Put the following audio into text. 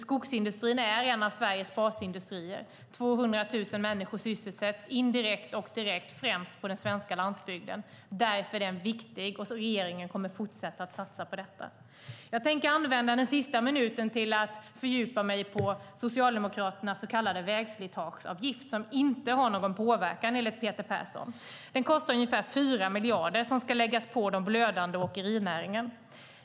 Skogsindustrin är en av Sveriges basindustrier. 200 000 människor, främst på landsbygden, är direkt och indirekt sysselsatta i den. Därför är den viktig, och regeringen kommer att fortsätta satsa på den. Jag tänker använda den sista minuten till att fördjupa mig i Socialdemokraternas så kallade vägslitageavgift, som enligt Peter Persson inte har någon påverkan. En kostnad på ungefär 4 miljarder ska läggas på den redan blödande åkerinäringen.